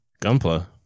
Gunpla